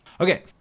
Okay